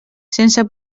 sense